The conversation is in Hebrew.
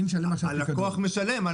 הלקוח משלם.